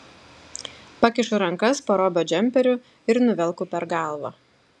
pakišu rankas po robio džemperiu ir nuvelku per galvą